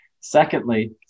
Secondly